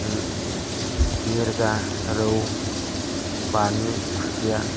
मिरगा रौ बामि खुसिया